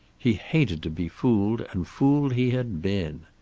he hated to be fooled, and fooled he had been.